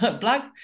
black